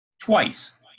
twice